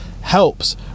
helps